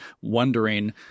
wondering –